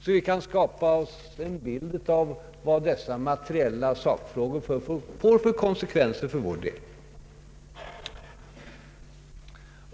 så att vi kan skapa oss en bild av vad dessa materiella sakfrågor får för konsekvenser för vår del.